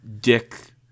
dick